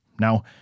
Now